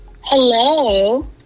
Hello